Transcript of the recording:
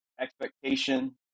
expectation